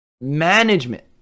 Management